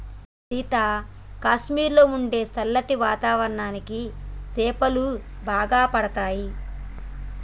సీత కాశ్మీరులో ఉండే సల్లటి వాతావరణానికి సేపులు బాగా పండుతాయి